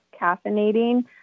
caffeinating